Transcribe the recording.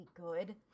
good